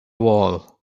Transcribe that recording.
wall